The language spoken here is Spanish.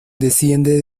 desciende